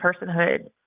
personhood